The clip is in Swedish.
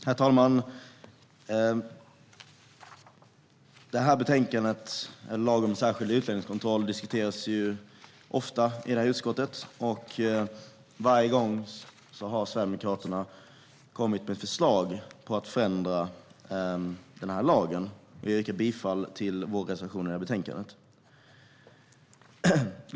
Herr talman! Detta betänkande handlar om tillämpningen av lagen om särskild utlänningskontroll, vilket ofta diskuteras i justitieutskottet. Varje gång har Sverigedemokraterna kommit med förslag för att förändra lagen. Jag yrkar bifall till vår reservation i betänkandet.